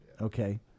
Okay